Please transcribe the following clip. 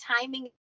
timing